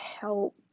help